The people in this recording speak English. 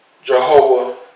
Jehovah